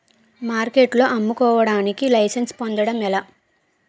మార్కెట్లో అమ్ముకోడానికి లైసెన్స్ పొందడం ఎలా?